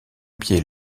pied